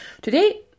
Today